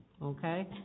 Okay